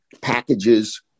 packages